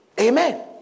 Amen